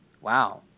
Wow